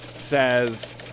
says